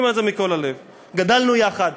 גדלנו יחד,